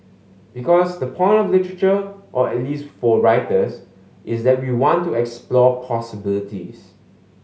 because the point of literature or at least for writers is that we want to explore possibilities